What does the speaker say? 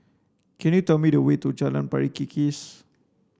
can you tell me the way to Jalan Pari Kikis